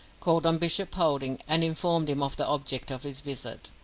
called on bishop polding, and informed him of the object of his visit.